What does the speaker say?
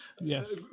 Yes